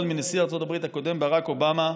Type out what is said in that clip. מנשיא ארצות הברית הקודם ברק אובאמה,